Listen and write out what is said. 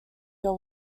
your